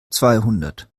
zweihundert